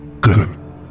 Good